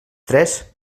tres